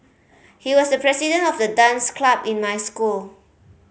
he was the president of the dance club in my school